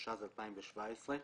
התשע"ז-2017.